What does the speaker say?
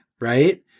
right